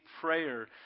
prayer